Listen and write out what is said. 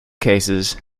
cases